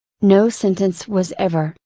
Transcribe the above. no sentence was ever,